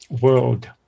world